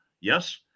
yes